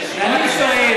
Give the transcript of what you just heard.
אני שואל,